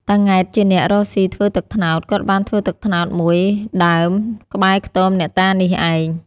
តា ង៉ែត ជាអ្នក រកស៊ីធ្វើទឹកត្នោត គាត់បានធ្វើទឹកត្នោតមួយដើមក្បែរខ្ទមអ្នកតានេះឯង ។